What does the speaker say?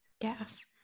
gas